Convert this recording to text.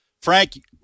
Frank